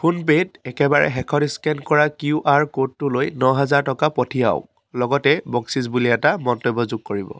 phone পে'ত একেবাৰে শেষত স্কেন কৰা কিউ আৰ ক'ডটোলৈ ন হাজাৰ টকা পঠিয়াওক লগতে বকচিচ বুলি এটা মন্তব্য যোগ কৰিব